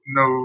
no